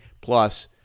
Plus